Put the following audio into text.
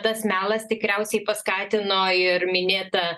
tas melas tikriausiai paskatino ir minėtą